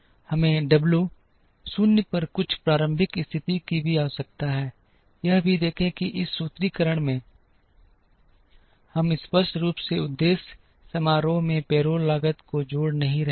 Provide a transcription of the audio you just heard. हमें W 0 पर कुछ प्रारंभिक स्थिति की भी आवश्यकता है यह भी देखें कि इस सूत्रीकरण में हम स्पष्ट रूप से उद्देश्य समारोह में पेरोल लागत को जोड़ नहीं रहे हैं